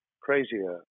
crazier